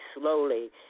slowly